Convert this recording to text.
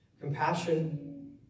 Compassion